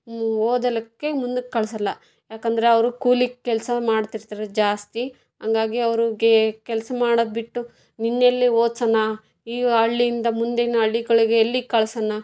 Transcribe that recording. ಓದಲಿಕ್ಕೆ ಮುಂದಕ್ಕೆ ಕಳಿಸೋಲ್ಲ ಏಕೆಂದ್ರೆ ಅವರು ಕೂಲಿ ಕೆಲಸ ಮಾಡ್ತೀರ್ತಾರೆ ಜಾಸ್ತಿ ಹಾಗಾಗಿ ಅವರಿಗೆ ಕೆಲಸ ಮಾಡೋದು ಬಿಟ್ಟು ನಿನ್ನೆಲ್ಲಿ ಓದ್ಸೋಣ ಈ ಹಳ್ಳಿಯಿಂದ ಮುಂದಿನ ಹಳ್ಳಿಗಳಿಗೆ ಎಲ್ಲಿಗೆ ಕಳ್ಸೋಣ